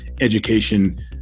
education